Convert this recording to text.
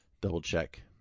double-check